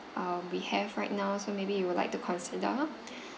uh we have right now so maybe you would like to consider